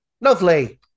Lovely